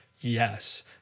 Yes